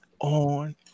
on